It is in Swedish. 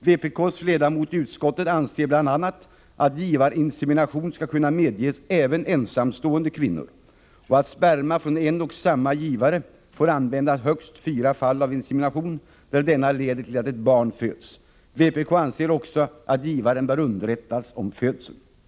Vpk:s ledamot i utskottet anser bl.a. att givarinsemination skall kunna medges även ensamstående kvinnor och att sperma från en och samma givare får användas för högst fyra fall av insemination där denna leder till att ett barn föds. Vpk anser också att givaren bör underrättas om födseln. Herr talman!